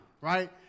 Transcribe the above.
right